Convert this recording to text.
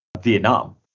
Vietnam